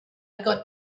got